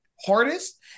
hardest